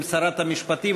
עם שרת המשפטים,